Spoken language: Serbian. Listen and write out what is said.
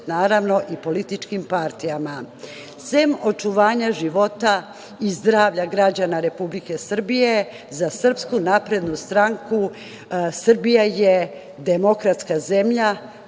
naravno, i političkim partijama. Sem očuvanja života i zdravlja građana Republike Srbije, za Srpsku naprednu stranku Srbija je demokratska zemlja,